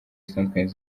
zitandukanye